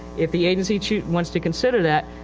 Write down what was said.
if the agency chooses, wants to consider that,